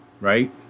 Right